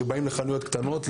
שבאים לחנויות קטנות,